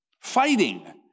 Fighting